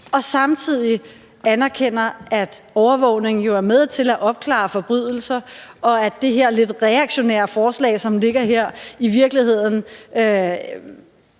og samtidig anerkender, at overvågningen jo er med til at opklare forbrydelser, og at det lidt reaktionære forslag, som ligger her, i virkeligheden